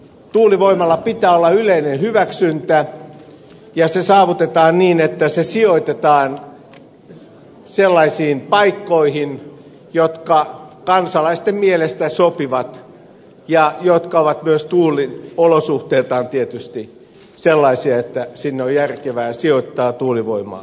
tuulivoimalla pitää olla yleinen hyväksyntä ja se saavutetaan niin että se sijoitetaan sellaisiin paikkoihin jotka kansalaisten mielestä sopivat ja jotka ovat tietysti myös tuuliolosuhteiltaan sellaisia että sinne on järkevää sijoittaa tuulivoimaa